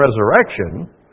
resurrection